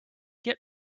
git